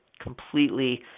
completely